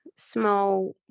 small